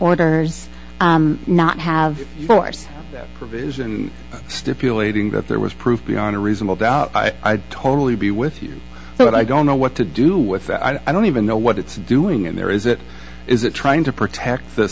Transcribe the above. orders not have force provision stipulating that there was proof beyond a reasonable doubt i'd totally be with you but i don't know what to do with that i don't even know what it's doing in there is it is a trying to protect the